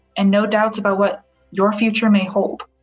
and no doubts about what your future may hold,